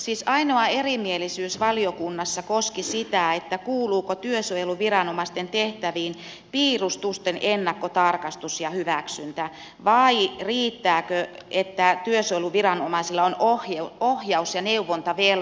siis ainoa erimielisyys valiokunnassa koski sitä kuuluuko työsuojeluviranomaisten tehtäviin piirustusten ennakkotarkastus ja hyväksyntä vai riittääkö että työsuojeluviranomaisilla on ohjaus ja neuvontavelvollisuus